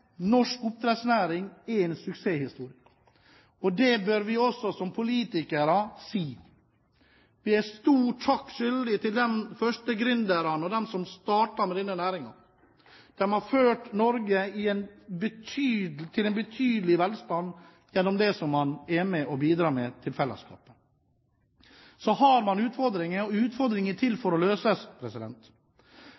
norsk oppdrettsnæring er en suksesshistorie. Det bør også vi politikere si. Vi er de første gründerne og de som startet denne næringen, en stor takk skyldig. De har ført Norge til en betydelig velstand gjennom det som man har vært med på og bidratt med til fellesskapet. Så har man utfordringer, og utfordringer er til